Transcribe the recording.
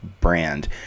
brand